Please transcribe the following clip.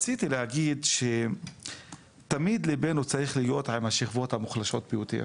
רציתי להגיד שתמיד ליבנו צריך להיות עם השכבות המוחלשות ביותר